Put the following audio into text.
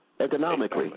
Economically